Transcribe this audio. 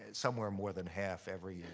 somewhere more than half every year.